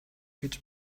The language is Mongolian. гэж